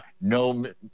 no